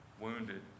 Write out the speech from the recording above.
wounded